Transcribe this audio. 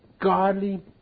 godly